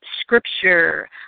scripture